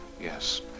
Yes